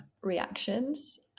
Reactions